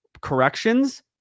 corrections